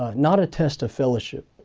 ah not a test of fellowship.